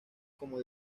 como